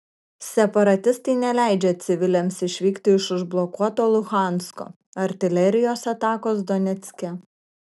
separatistai neleidžia civiliams išvykti iš užblokuoto luhansko artilerijos atakos donecke